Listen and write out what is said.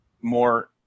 more